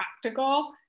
practical